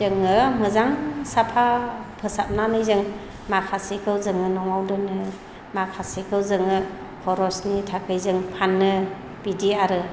जोङो मोजां साफा फोसाबनानै जों माखासेखौ जोङो न'आव दोनो माखासेखौ जोङो खरसनि थाखाय जों फानो बिदि आरो